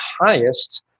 highest